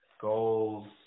goals